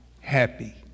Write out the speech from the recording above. happy